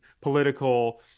political